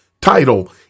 title